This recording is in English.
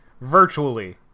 virtually